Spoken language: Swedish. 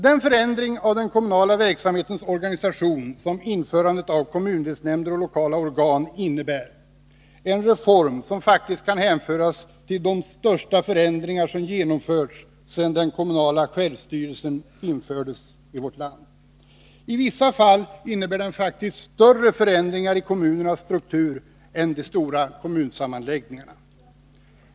Den förändring av den kommunala verksamhetens organisation som införandet av kommundelsnämnder och lokala organ innebär är en reform som faktiskt kan hänföras till de största förändringar som genomförts sedan den kommunala självstyrelsen infördes i vårt land. I vissa fall innebär den faktiskt större förändringar i kommunernas struktur än de stora kommunsammanläggningarna.